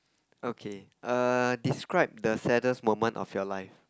okay err describe the saddest moment of your life